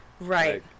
Right